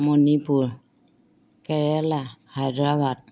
Manipur Kerala Hyderabad